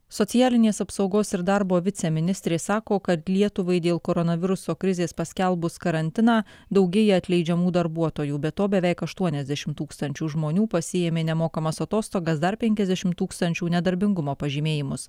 socialinės apsaugos ir darbo viceministrė sako kad lietuvai dėl koronaviruso krizės paskelbus karantiną daugėja atleidžiamų darbuotojų be to beveik aštuoniasdešimt tūkstančių žmonių pasiėmė nemokamas atostogas dar penkiasdešimt tūkstančių nedarbingumo pažymėjimus